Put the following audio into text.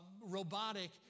robotic